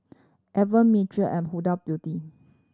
Evian and Huda Beauty